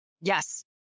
Yes